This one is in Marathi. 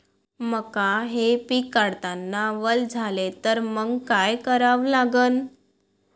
मका हे पिक काढतांना वल झाले तर मंग काय करावं लागन?